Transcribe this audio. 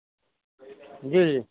जी जी